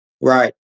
Right